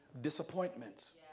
disappointments